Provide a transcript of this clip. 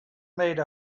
made